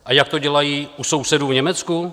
A jak to dělají u sousedů v Německu?